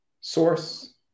source